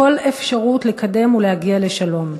כל אפשרות לקדם ולהגיע לשלום.